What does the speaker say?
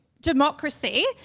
democracy